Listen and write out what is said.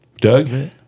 doug